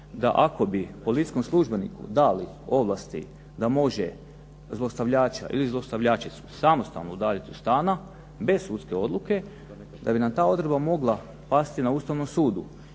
da ako bi policijskom službeniku dali ovlasti da može zlostavljača ili zlostavljačicu samostalno udaljit iz stana bez sudske odluke, da bi nam ta odredba mogla pasti na Ustavnom sudu.